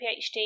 PhD